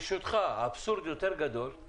ברשותך, אבסורד יותר גדול הוא